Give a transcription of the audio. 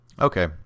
okay